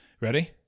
Ready